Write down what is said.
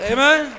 Amen